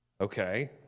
Okay